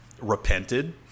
repented